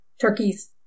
Turkeys